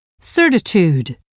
certitude